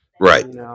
Right